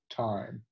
time